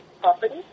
property